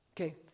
okay